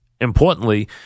importantly